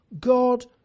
God